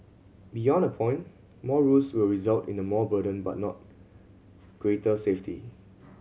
beyond a point more rules will result in a more burden but not greater safety